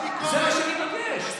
זה מה שאני מבקש.